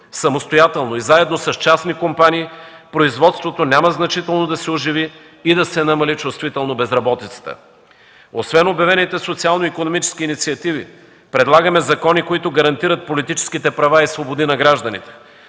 самостоятелно и заедно с частни компании, производството няма значително да се оживи и да се намали чувствително безработицата. Освен обявените социално-икономически инициативи, предлагаме закони, които гарантират политическите права и свободи на гражданите.